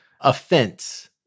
offense